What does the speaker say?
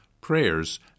prayers